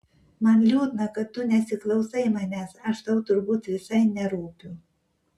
man liūdna kad tu nesiklausai manęs aš tau turbūt visai nerūpiu